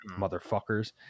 motherfuckers